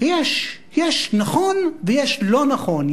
שיש נכון ויש לא נכון,